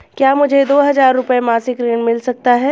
क्या मुझे दो हज़ार रुपये मासिक ऋण मिल सकता है?